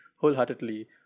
wholeheartedly